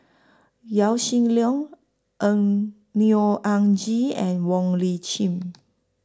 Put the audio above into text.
Yaw Shin Leong N Neo Anngee and Wong Lip Chin